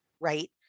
right